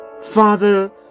Father